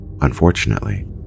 Unfortunately